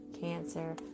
cancer